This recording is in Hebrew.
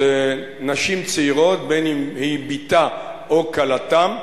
אז נשים צעירות, בין אם היא בתה או כלתה,